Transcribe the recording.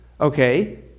okay